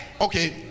okay